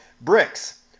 bricks